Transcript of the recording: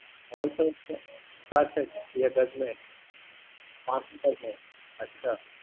پانچ سو square square feet یا گز میں پانچ سو گز میں اچھا